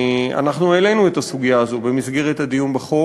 העלינו את הסוגיה הזאת במסגרת הדיון בחוק.